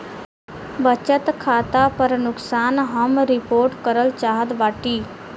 बचत खाता पर नुकसान हम रिपोर्ट करल चाहत बाटी